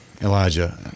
Elijah